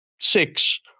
six